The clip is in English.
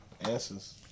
Answers